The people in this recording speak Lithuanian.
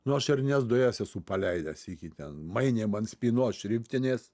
nu ašarines dujas esu paleidęs sykį ten mainėm an spynos šriftinės